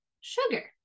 sugar